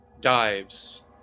dives